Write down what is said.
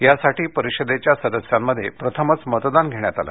यासाठी परिषदेच्या सदस्यांमध्ये प्रथमच मतदान घेण्यातआले